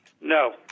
No